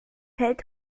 hält